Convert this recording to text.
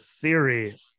theory